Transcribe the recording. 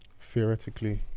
theoretically